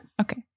Okay